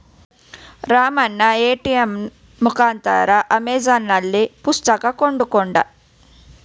Ramanna ATM ಮುಖಾಂತರ ಅಮೆಜಾನ್ನಲ್ಲಿ ಪುಸ್ತಕ ಕೊಂಡುಕೊಂಡ